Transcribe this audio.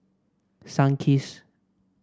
sunkist